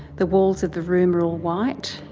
the walls of the room are all white.